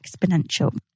exponential